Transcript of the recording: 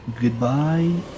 Goodbye